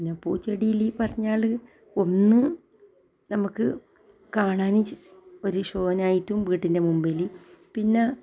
പിന്നെ പൂച്ചെടീൽ പറഞ്ഞാൽ ഒന്ന് നമുക്ക് കാണാനും ഒരു ഷോനായിട്ടും വീട്ടിൻ്റെ മുമ്പിൽ പിന്നെ